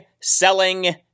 selling